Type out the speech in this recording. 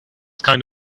kind